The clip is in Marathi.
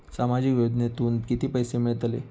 सामाजिक योजनेतून किती पैसे मिळतले?